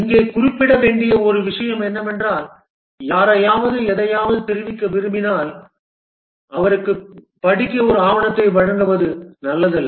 இங்கே குறிப்பிட வேண்டிய ஒரு விஷயம் என்னவென்றால் யாரையாவது எதையாவது தெரிவிக்க விரும்பினால் அவருக்கு படிக்க ஒரு ஆவணத்தை வழங்குவது நல்லதல்ல